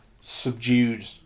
subdued